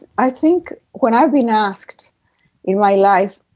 i think when i've been asked in my life,